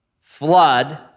flood